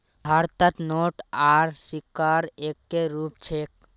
भारतत नोट आर सिक्कार एक्के रूप छेक